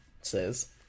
says